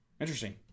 Interesting